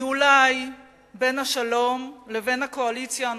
היא אולי בין השלום לבין הקואליציה הנוכחית,